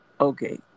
Okay